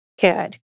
Good